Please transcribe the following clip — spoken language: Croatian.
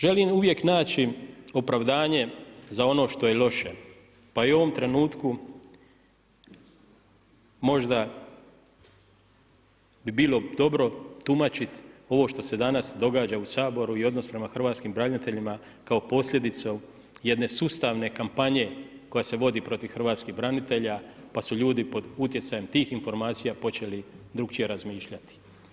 Želim uvijek naći opravdanje za ono što je loše, pa i u ovom trenutku možda bi bilo dobro tumačiti ovo što se danas događa u Saboru i odnos prema hrvatskim braniteljima kao posljedicom jedne sustavne kampanje koja se vodi protiv hrvatskih branitelja, pa su ljudi pod utjecajem tih informacija počeli drukčije razmišljati.